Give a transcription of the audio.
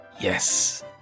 Yes